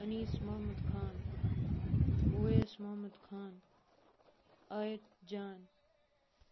Anees Mohammad Khan Owais Mohammad Khan Ayat Jan